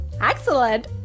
Excellent